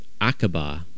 Aqaba